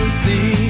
see